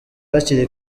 hakiri